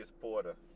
Porter